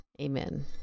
Amen